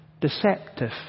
deceptive